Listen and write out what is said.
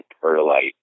perlite